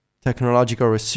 technological